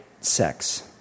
sex